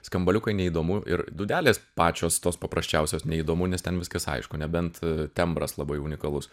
skambaliukai neįdomu ir dūdelės pačios tos paprasčiausios neįdomu nes ten viskas aišku nebent tembras labai unikalus